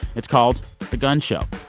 it's called the gun show.